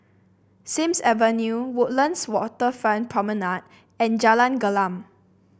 Sims Avenue Woodlands Waterfront Promenade and Jalan Gelam